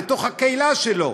לתוך הקהילה שלו.